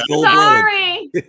Sorry